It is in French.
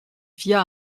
via